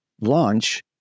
launch